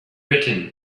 written